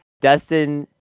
Dustin